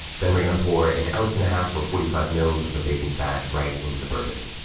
then we're gonna pour an ounce and a half, or forty five mils of the bacon fat right into the bourbon.